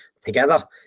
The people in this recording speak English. together